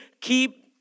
keep